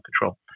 control